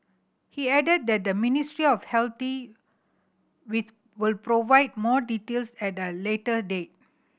he added that the Ministry of Healthy with will provide more details at a later date